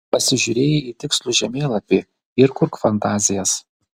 pasižiūrėjai į tikslų žemėlapį ir kurk fantazijas